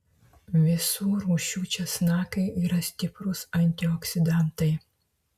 visų rūšių česnakai yra stiprūs antioksidantai